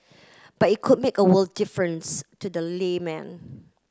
but it could make a world difference to the layman